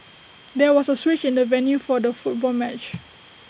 there was A switch in the venue for the football match